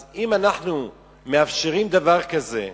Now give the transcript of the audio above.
אז אם אנחנו מאפשרים דבר כזה,